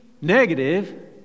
negative